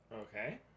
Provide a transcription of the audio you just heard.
Okay